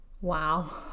wow